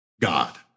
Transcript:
God